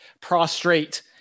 Prostrate